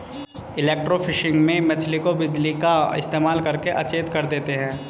electrofishing में मछली को बिजली का इस्तेमाल करके अचेत कर देते हैं